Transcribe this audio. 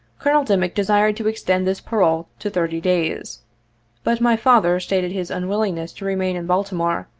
colonel dimick desired to extend this parole to thirty days but my father stated his unwillingness to remain in baltimore,